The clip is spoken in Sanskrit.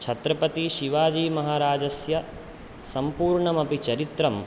छत्रपतिशिवाजिमहराजस्य सम्पूर्णमपि चरित्रं